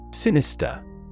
Sinister